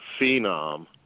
phenom